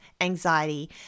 anxiety